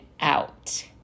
Out